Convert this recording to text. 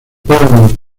paramount